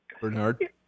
Bernard